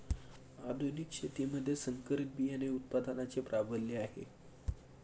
आधुनिक शेतीमध्ये संकरित बियाणे उत्पादनाचे प्राबल्य आहे